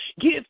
give